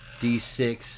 D6